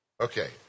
Okay